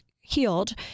healed